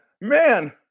man